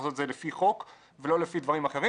לעשות את זה לפי החוק ולא לפי דברים אחרים.